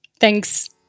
Thanks